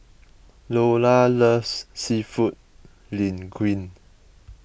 Loula loves Seafood Linguine